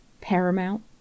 Paramount